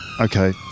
Okay